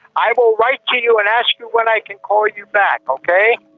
i will write to you and ask you when i can call you back, okay.